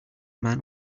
man